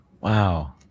Wow